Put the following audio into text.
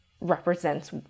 represents